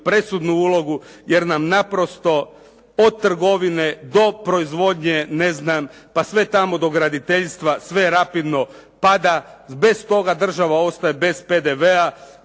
presudnu ulogu, jer nam naprosto od trgovine do proizvodnje ne znam, pa sve tamo do graditeljstva sve rapidno pada. Bez toga država ostaje bez PDV-a,